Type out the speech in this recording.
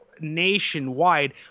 nationwide